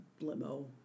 limo